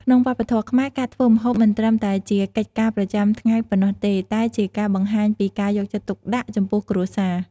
ក្នុងវប្បធម៌ខ្មែរ ការធ្វើម្ហូបមិនត្រឹមតែជាកិច្ចការប្រចាំថ្ងៃប៉ុណ្ណោះទេ តែជាការបង្ហាញពីការយកចិត្តទុកដាក់ចំពោះគ្រួសារ។